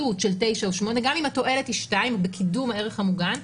גם אם התועלת היא 2 בקידום הערך המוגן,